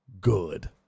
good